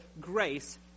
grace